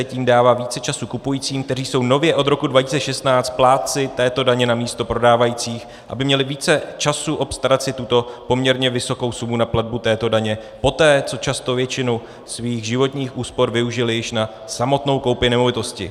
Tím dává více času kupujícím, kteří jsou nově od roku 2016 plátci této daně namísto prodávajících, aby měli více času obstarat si tuto poměrně vysokou sumu na platbu této daně poté, co často většinu svých životních úspor využili již na samotnou koupi nemovitosti.